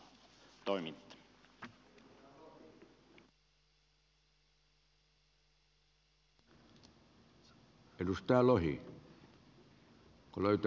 edustaja lohi kun löytää ne oikeat paperit vai